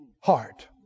heart